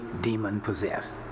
demon-possessed